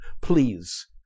Please